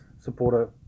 supporter